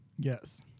Yes